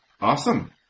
Awesome